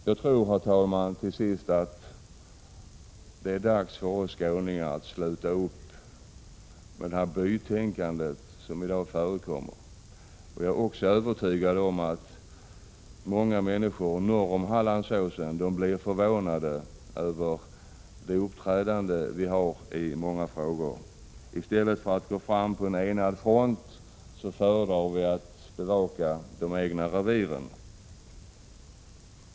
Till sist, tror jag, herr talman, att det är dags för oss skåningar att sluta upp med det bytänkande som i dag förekommer. Jag är också övertygad om att många människor norr om Hallandsåsen blir förvånade över vårt uppträdande i många frågor. I stället för att gå fram på enad front föredrar vi att bevaka de egna reviren.